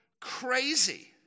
crazy